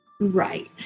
Right